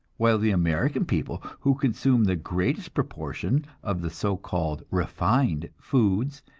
while the american people, who consume the greatest proportion of the so-called refined foods,